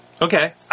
Okay